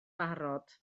barod